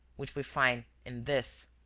which we find in this.